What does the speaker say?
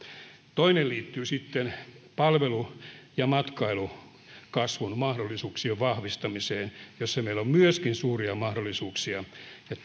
toinen liittyy sitten palveluiden ja matkailun kasvun mahdollisuuksien vahvistamiseen jossa meillä on myöskin suuria mahdollisuuksia ja